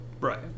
Right